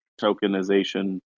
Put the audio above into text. tokenization